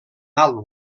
alt